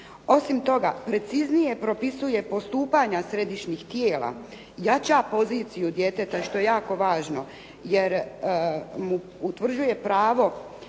Osim toga, preciznije propisuje postupanja središnjih tijela, jača poziciju djeteta, što je jako važno jer mu utvrđuje pravo